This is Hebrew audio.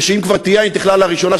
ושאם כבר תהיה האינתיחללה הראשונה,